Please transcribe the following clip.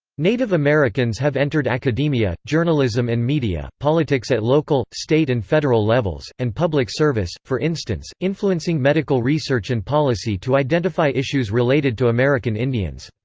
native americans have entered academia journalism and media politics at local, state and federal levels and public service, for instance, influencing medical research and policy to identify issues related to american indians.